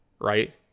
right